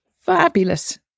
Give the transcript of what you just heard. fabulous